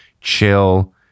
chill